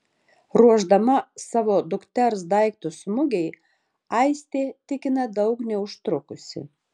ruošdama savo dukters daiktus mugei aistė tikina daug neužtrukusi